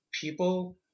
people